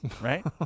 right